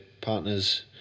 partners